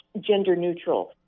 gender-neutral